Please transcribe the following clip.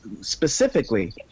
specifically